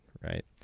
Right